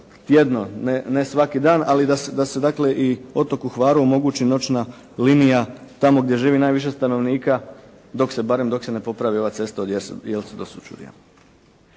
tjedno, ne svaki dan, ali da se dakle i otoku Hvaru omogući noćna linija tamo gdje živi najviše stanovnika dok se barem, barem dok se ne popravi ova cesta od Jelse do Sućurja.